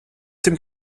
dem